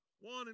one